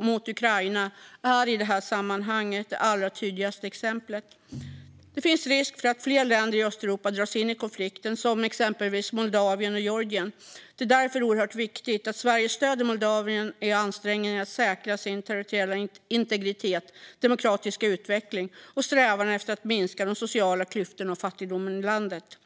mot Ukraina är i det sammanhanget det allra tydligaste exemplet. Det finns risk för att fler länder i Östeuropa dras in i konflikten, exempelvis Moldavien och Georgien. Det är därför oerhört viktigt att Sverige stöder Moldavien i ansträngningarna att säkra sin territoriella integritet, demokratiska utveckling och strävan efter att minska de sociala klyftorna och fattigdomen i landet.